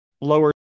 lower